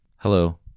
Hello